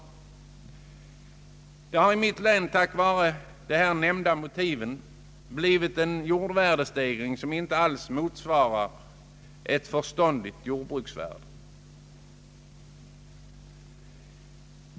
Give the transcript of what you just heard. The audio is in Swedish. På grund av de här nämnda motiven har det i mitt län skett en jordvärdestegring som inte alls motsvarar en förståndig bedömning av produktionsvärdet.